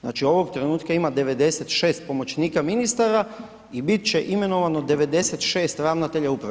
Znači ovog trenutka ima 96 pomoćnika ministara i bit će imenovano 96 ravnatelja uprave.